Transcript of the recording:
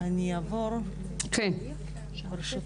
מחוסר זמן,